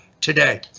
today